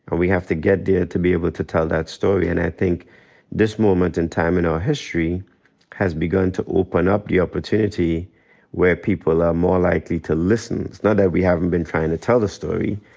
and we have to get there to be able to tell that story. and i think this moment in time in our history has begun to open up the opportunity where people are more likely to listen. it's not that we haven't been trying to tell the story.